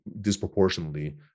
disproportionately